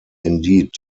indeed